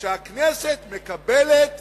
שהכנסת מקבלת,